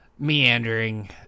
Meandering